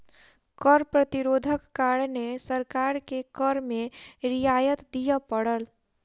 कर प्रतिरोधक कारणें सरकार के कर में रियायत दिअ पड़ल